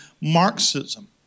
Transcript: Marxism